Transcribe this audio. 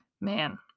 man